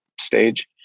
stage